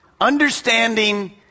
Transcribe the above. understanding